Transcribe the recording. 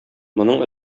моның